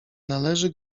należy